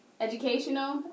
educational